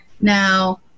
Now